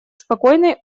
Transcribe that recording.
спокойной